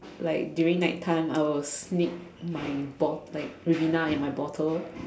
like during night time I will sneak my bot~ like Ribena in my bottle